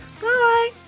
bye